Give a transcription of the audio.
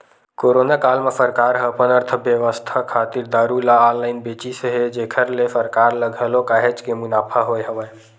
corona काल म सरकार ह अपन अर्थबेवस्था खातिर दारू ल ऑनलाइन बेचिस हे जेखर ले सरकार ल घलो काहेच के मुनाफा होय हवय